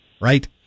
right